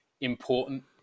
important